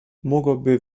mogłaby